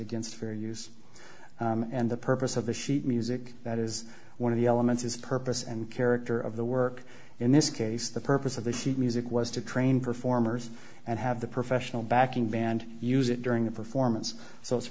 against fair use and the purpose of the sheet music that is one of the elements is purpose and character of the work in this case the purpose of the sheet music was to train performers and have the professional backing band use it during the performance so it's